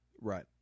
Right